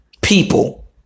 people